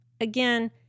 Again